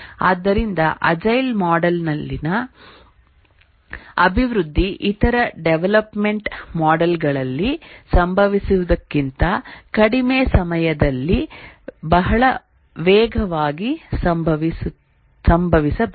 ಆದ್ದರಿಂದ agile model ನಲ್ಲಿನ ಅಭಿವೃದ್ಧಿ ಇತರ ಡೆವಲಪ್ಮೆಂಟ್ ಮಾಡೆಲ್ ಗಳಲ್ಲಿ ಸಂಭವಿಸುವುದಕ್ಕಿಂತ ಕಡಿಮೆ ಸಮಯದಲ್ಲಿ ಬಹಳ ವೇಗವಾಗಿ ಸಂಭವಿಸಬೇಕು